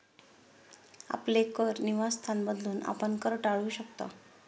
आपले कर निवासस्थान बदलून, आपण कर टाळू शकता